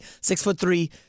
Six-foot-three